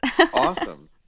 Awesome